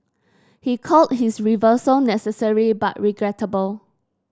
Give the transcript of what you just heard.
he called his reversal necessary but regrettable